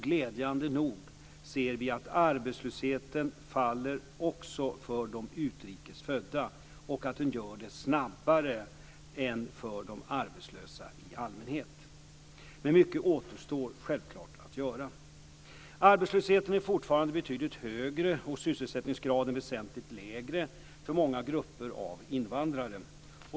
Glädjande nog ser vi att arbetslösheten faller också för de utrikes födda, och att den gör det snabbare än för de arbetslösa i allmänhet. Men mycket återstår självklart att göra. Arbetslösheten är fortfarande betydligt högre och sysselsättningsgraden väsentligt lägre för många grupper av invandrare.